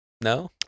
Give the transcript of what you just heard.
no